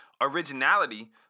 Originality